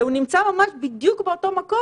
והוא נמצא ממש בדיוק באותו מקום.